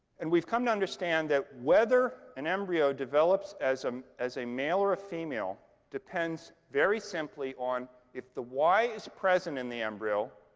and we've come to understand that whether an embryo develops as um as a male or a female depends very simply on if the y is present in the embryo.